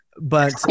but-